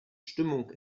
stimmung